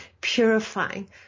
purifying